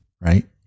right